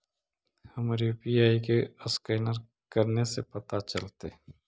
हमर यु.पी.आई के असकैनर कने से पता चलतै?